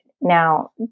Now